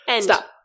Stop